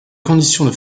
conditions